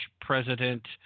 president